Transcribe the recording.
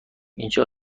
اینجا